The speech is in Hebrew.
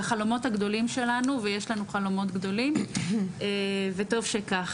לחלומות הגדולים שלנו ויש לנו חלומות גדולים וטוב שכך.